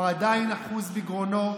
הוא עדיין אחוז בגרונו,